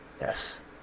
Yes